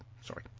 Sorry